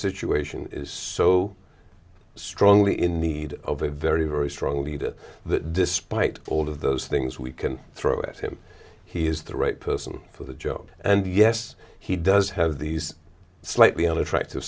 situation is so strongly in need of a very very strong leader that despite all of those things we can throw at him he is the right person for the job and yes he does have these slightly unattractive